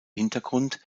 hintergrund